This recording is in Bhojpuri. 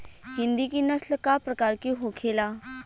हिंदी की नस्ल का प्रकार के होखे ला?